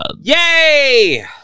Yay